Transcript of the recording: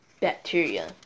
bacteria